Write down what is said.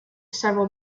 several